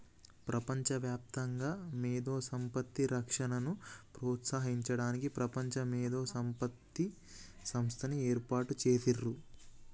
ప్రపంచవ్యాప్తంగా మేధో సంపత్తి రక్షణను ప్రోత్సహించడానికి ప్రపంచ మేధో సంపత్తి సంస్థని ఏర్పాటు చేసిర్రు